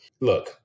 Look